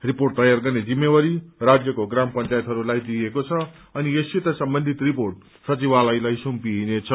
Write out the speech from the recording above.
report तयार गर्ने जिम्मेवारी राज्यको ग्राम पंचायतहस्लाई दिइएको छ अनि यससित सम्बन्धित रिपोर्ट सविवालयलाई सुम्पिइनेछ